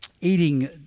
eating